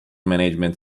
management